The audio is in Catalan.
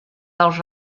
dels